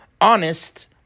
honest